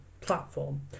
platform